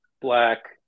black